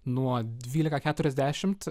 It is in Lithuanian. nuo dvylika keturiasdešimt